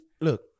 look